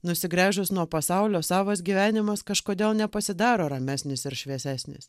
nusigręžus nuo pasaulio savas gyvenimas kažkodėl nepasidaro ramesnis ir šviesesnis